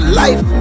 life